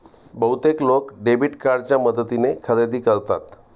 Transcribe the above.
बहुतेक लोक डेबिट कार्डच्या मदतीने खरेदी करतात